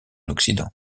occident